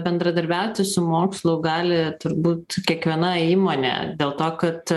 bendradarbiauti su mokslu gali turbūt kiekviena įmonė dėl to kad